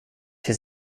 his